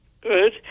Good